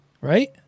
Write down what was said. Right